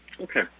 okay